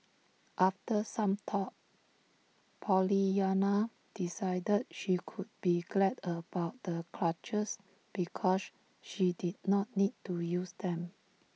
after some thought Pollyanna decided she could be glad about the crutches because she did not need to use them